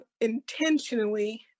intentionally